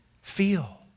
feel